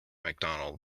mcdonald